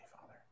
Father